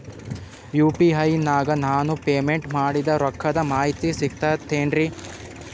UPI ನಾಗ ನಾನು payment ಮಾಡಿದ ರೊಕ್ಕದ ಮಾಹಿತಿ ಸಿಕ್ತಾತೇನ್ರೀ?